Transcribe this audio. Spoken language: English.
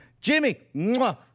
Jimmy